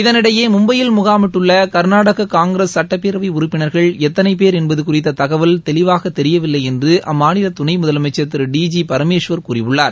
இதனிடையே மும்பையில் முகாமிட்டுள்ள கா்நாடக காங்கிரஸ் சுட்டப்பேரவை உறுப்பினா்கள் எத்தனை போ் என்பது குறித்த தகவல் தெளிவாக தெரியவில்லை என்று அம்மாநில துணை முதலமைச்சா் திரு டி ஜி பரமேஸ்வர் கூறியுள்ளார்